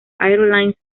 airlines